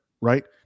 right